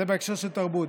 זה בהקשר של תרבות.